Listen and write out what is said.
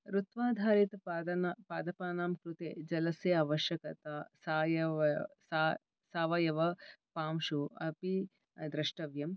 ऋत्वाधारित पादपानां कृते जलस्य आवश्यकता सावयवपांशु अपि द्रष्टव्यम्